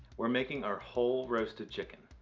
we are making our whole roasted chicken.